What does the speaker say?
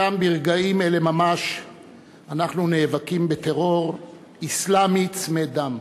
גם ברגעים אלה ממש אנחנו נאבקים בטרור אסלאמי צמא דם.